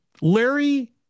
Larry